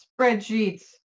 spreadsheets